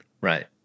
Right